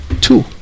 two